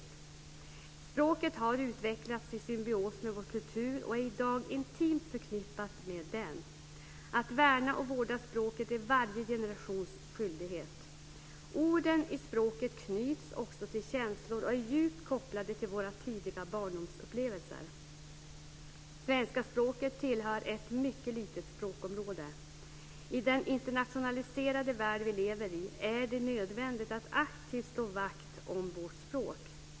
Språket har utvecklats i symbios med vår kultur och är i dag intimt förknippat med denna. Att värna och vårda språket är varje generations skyldighet. Orden i språket knyts också till känslor och är djupt kopplade till våra tidiga barndomsupplevelser. Svenska språket tillhör ett mycket litet språkområde. I den internationaliserade värld vi lever i är det nödvändigt att aktivt slå vakt om vårt språk.